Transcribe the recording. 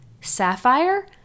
sapphire